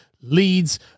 leads